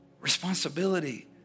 responsibility